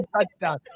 touchdown